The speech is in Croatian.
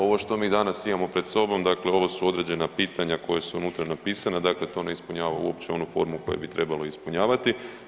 Ovo što mi danas imamo pred sobom, dakle ovo su određena pitanja koja su unutra napisana, dakle to ne ispunjava uopće onu formu koju bi trebala ispunjavati.